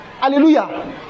Hallelujah